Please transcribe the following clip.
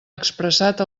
expressat